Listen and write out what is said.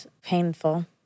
painful